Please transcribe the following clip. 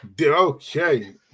Okay